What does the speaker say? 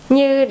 Như